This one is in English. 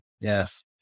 yes